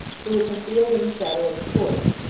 who were concealed in the shadow of the porch,